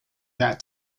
that